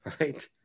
right